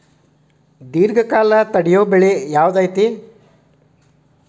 ದೇರ್ಘಕಾಲ ತಡಿಯೋ ಬೆಳೆ ಯಾವ್ದು ಐತಿ?